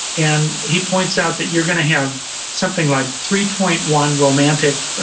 and he points out that you're gonna have something like three point one romantic